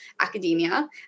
academia